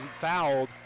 fouled